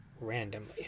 randomly